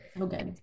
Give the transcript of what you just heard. Okay